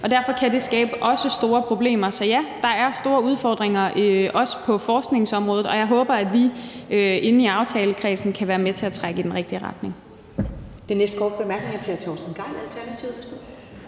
Derfor kan det også skabe store problemer. Så ja, der er store udfordringer også på forskningsområdet, og jeg håber, at vi i aftalekredsen kan være med til at trække i den rigtige retning.